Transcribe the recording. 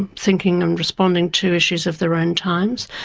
and thinking and responding to issues of their own times.